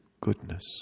goodness